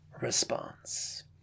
response